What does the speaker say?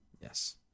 yes